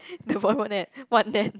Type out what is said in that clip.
the volleyball net what net